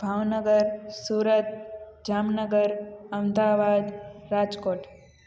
Bhavnagar Surat Jamnagar Ahmedabad Rajkot